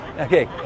okay